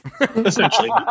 Essentially